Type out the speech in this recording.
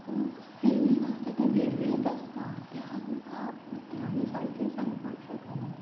feeling आसता ती वेगळीच आसता ते हांव तुमकां उतरांनी सारकें सांगपाक शकना